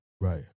Right